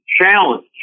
challenge